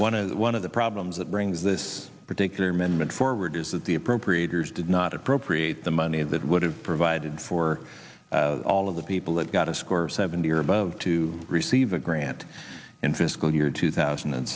one of the one of the problems that brings this particular amendment forward is that the appropriators did not appropriate the money that would have provided for all of the people that got a score of seventy or above to receive a grant interest year two thousand and